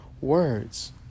words